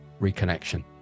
reconnection